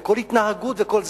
וכל התנהגות וכל זה,